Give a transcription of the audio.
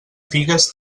figues